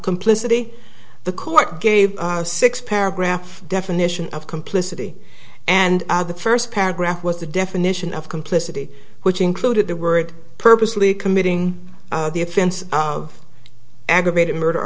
complicity the court gave six paragraph definition of complicity and the first paragraph was the definition of complicity which included the word purposely committing the offense of aggravated murder